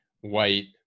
white